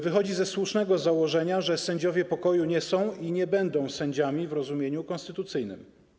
Wychodzi ona ze słusznego założenia, że sędziowie pokoju nie są i nie będą sędziami w rozumieniu konstytucyjnym.